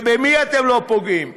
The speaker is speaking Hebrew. ובמי אתם לא פוגעים?